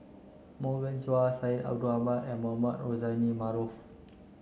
Morgan Chua Syed Ahmed and Mohamed Rozani Maarof